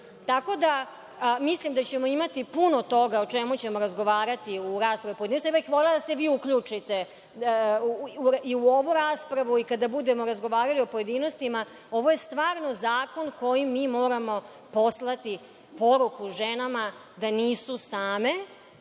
Tako da, mislim da ćemo imati puno toga o čemu ćemo razgovarati u raspravi o pojedinostima. Ja bih volela da se vi uključite i u ovu raspravu i kada budemo razgovarali u pojedinostima. Ovo je stvarno zakon kojim mi moramo poslati poruku ženama da nisu same